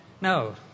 No